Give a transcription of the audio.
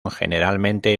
generalmente